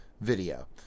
video